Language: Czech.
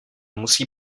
musí